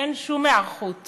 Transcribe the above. אין שום היערכות